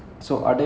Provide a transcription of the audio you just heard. mm